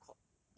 he got called